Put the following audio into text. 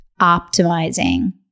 optimizing